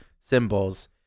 symbols